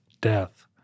death